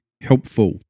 helpful